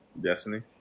Destiny